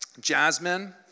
Jasmine